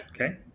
Okay